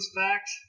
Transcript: fact